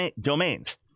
Domains